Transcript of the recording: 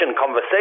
conversation